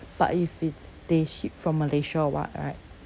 but if it's they ship from malaysia or what right